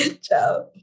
Ciao